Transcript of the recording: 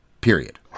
Period